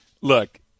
look